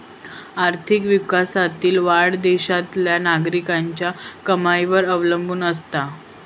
आर्थिक विकासातील वाढ देशातल्या नागरिकांच्या कमाईवर अवलंबून असता